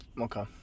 Okay